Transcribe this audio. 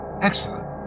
Excellent